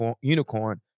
unicorn